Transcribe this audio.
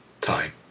time